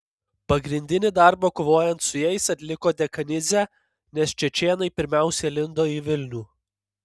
pagrindinį darbą kovojant su jais atliko dekanidzė nes čečėnai pirmiausia lindo į vilnių